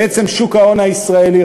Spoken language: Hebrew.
בעצם שוק ההון הישראלי,